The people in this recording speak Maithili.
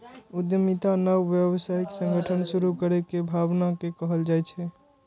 उद्यमिता नव व्यावसायिक संगठन शुरू करै के भावना कें कहल जाइ छै